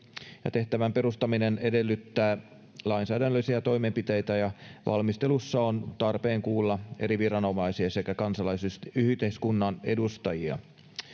tehtävän perustaminen edellyttää lainsäädännöllisiä toimenpiteitä ja valmistelussa on tarpeen kuulla eri viranomaisia sekä kansalaisyhteiskunnan edustajia